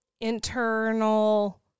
internal